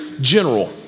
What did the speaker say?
general